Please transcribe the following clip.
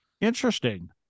Interesting